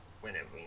whenever